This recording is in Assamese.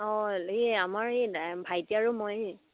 অঁ এই আমাৰ এই ভাইটি আৰু মইয়ে